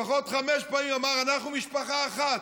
לפחות חמש פעמים אמר: אנחנו משפחה אחת.